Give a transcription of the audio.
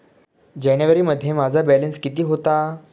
जानेवारीमध्ये माझा बॅलन्स किती होता?